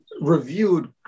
reviewed